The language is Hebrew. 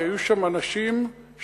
כי היו שם אנשים שמראש